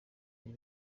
ari